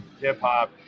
hip-hop